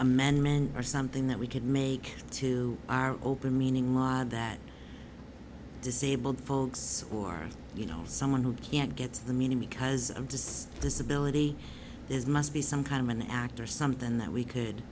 amendment or something that we could make to our open meaning law that disabled folks or you know someone who can't get the meaning because of just disability is must be some kind of an act or something that we could